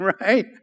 Right